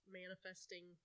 manifesting